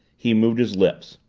he moved his lips.